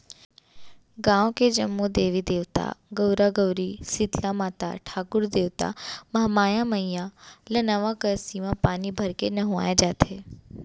गाँव के जम्मो देवी देवता, गउरा गउरी, सीतला माता, ठाकुर देवता, महामाई मईया ल नवा करसी म पानी भरके नहुवाए जाथे